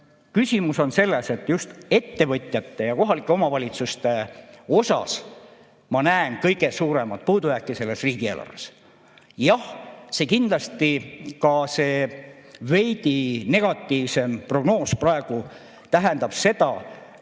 küsimus on selles, et just ettevõtjate ja kohalike omavalitsuste osas ma näen kõige suuremat puudujääki selles riigieelarves. Jah, ka see veidi negatiivsem prognoos praegu tähendab